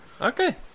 Okay